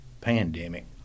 pandemic